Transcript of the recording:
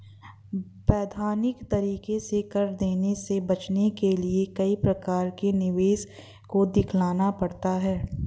वैधानिक तरीके से कर देने से बचने के लिए कई प्रकार के निवेश को दिखलाना पड़ता है